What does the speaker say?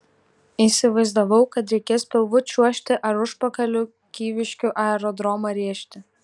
įsivaizdavau kad reikės pilvu čiuožti ar užpakaliu kyviškių aerodromą rėžti